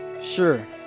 Sure